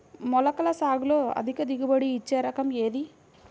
మొలకల సాగులో అధిక దిగుబడి ఇచ్చే రకం ఏది?